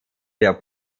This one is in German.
der